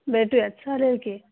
भेटूयात चालेल की